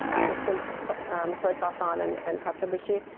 you put some soy sauce on and and katsuobushi.